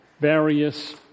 various